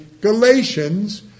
Galatians